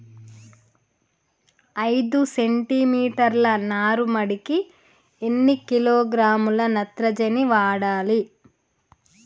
ఐదు సెంటి మీటర్ల నారుమడికి ఎన్ని కిలోగ్రాముల నత్రజని వాడాలి?